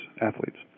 athletes